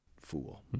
fool